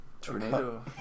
tornado